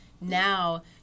now